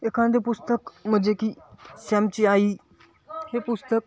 एखादं पुस्तक म्हणजे की श्यामची आई हे पुस्तक